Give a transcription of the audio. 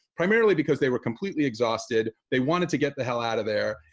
primarily because they were completely exhausted. they wanted to get the hell out of there.